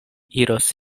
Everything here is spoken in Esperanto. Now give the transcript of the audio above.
iros